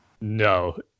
No